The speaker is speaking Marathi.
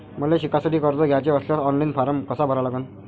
मले शिकासाठी कर्ज घ्याचे असल्यास ऑनलाईन फारम कसा भरा लागन?